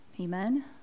amen